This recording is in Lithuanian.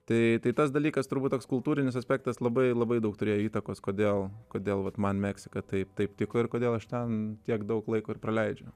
tai tai tas dalykas turbūt toks kultūrinis aspektas labai labai daug turėjo įtakos kodėl kodėl vat man meksika taip taip tiko ir kodėl aš ten tiek daug laiko ir praleidžiu